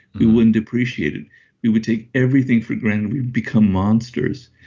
we wouldn't appreciate it we would take everything for granted. we'd become monsters